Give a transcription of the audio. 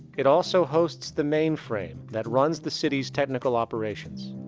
it also hosts the mainframe that runs the cities technical operations.